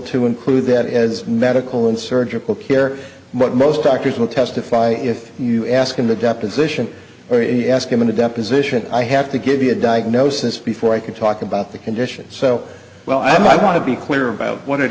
to include that as medical and surgical care but most doctors will testify if you ask in the deposition or you ask him in a deposition i have to give you a diagnosis before i can talk about the conditions so well i want to be clear about what it